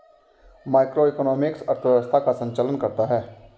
macroeconomics अर्थव्यवस्था का संचालन करता है